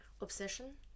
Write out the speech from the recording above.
obsession